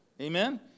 Amen